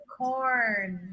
corn